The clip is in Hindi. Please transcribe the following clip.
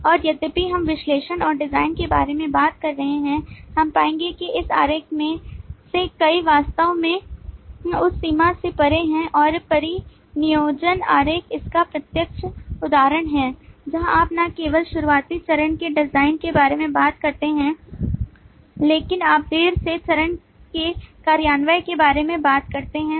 और यद्यपि हम विश्लेषण और डिजाइन के बारे में बात कर रहे हैं हम पाएंगे कि इस आरेख में से कई वास्तव में उस सीमा से परे हैं और परिनियोजन आरेख इसका प्रत्यक्ष उदाहरण है जहां आप न केवल शुरुआती चरण के डिजाइन के बारे में बात करते हैं लेकिन आप देर से चरण के कार्यान्वयन के बारे में बात करते हैं